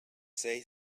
say